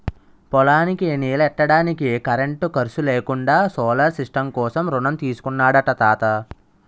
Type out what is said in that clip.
పొలానికి నీల్లెట్టడానికి కరెంటు ఖర్సు లేకుండా సోలార్ సిస్టం కోసం రుణం తీసుకున్నాడట తాత